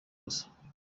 gusa